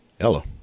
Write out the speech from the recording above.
Hello